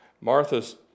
Martha's